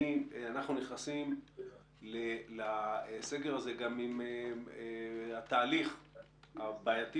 אנחנו נכנסים לסגר הזה גם עם התהליך הבעייתי